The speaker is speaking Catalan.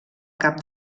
cap